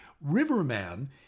Riverman